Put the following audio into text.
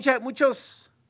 muchos